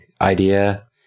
idea